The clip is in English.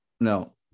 No